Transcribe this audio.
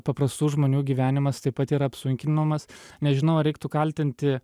paprastų žmonių gyvenimas taip pat yra apsunkinamas nežinau ar reiktų kaltinti